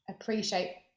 appreciate